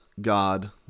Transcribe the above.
God